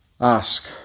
ask